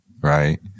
Right